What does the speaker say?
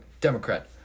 Democrat